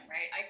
Right